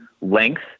length